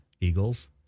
Eagles